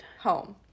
home